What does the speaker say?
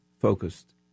focused